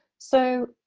so,